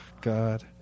God